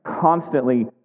constantly